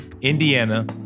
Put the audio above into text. Indiana